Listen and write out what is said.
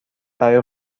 برای